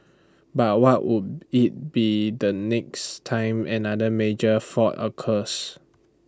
but what would IT be the next time another major fault occurs